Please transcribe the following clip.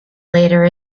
later